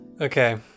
Okay